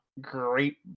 great